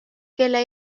kelle